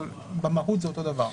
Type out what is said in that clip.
במהות זה אותו הדבר.